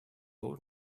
old